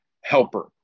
helper